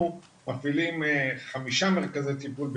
אנחנו מפעילים חמישה מרכזי טיפול בהימורים.